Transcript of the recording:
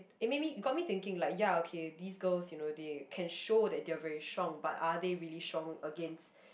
it made me it got me thinking like ya okay these girls you know they can show they are very strong but are they really strong against